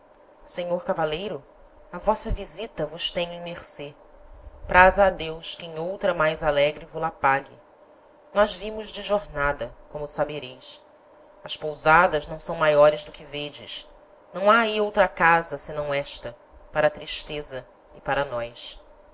senhor cavaleiro a vossa visita vos tenho em mercê praza a deus que em outra mais alegre vo la pague nós vimos de jornada como sabereis as pousadas não são maiores do que vedes não ha ahi outra casa senão esta para a tristeza e para nós